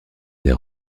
des